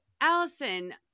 Allison